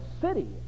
city